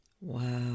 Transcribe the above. Wow